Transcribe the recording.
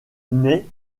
naît